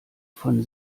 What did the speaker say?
von